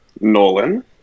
Nolan